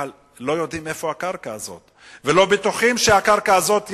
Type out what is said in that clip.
אבל לא יודעים איפה הקרקע הזאת ולא בטוחים שהקרקע הזאת,